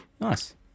Nice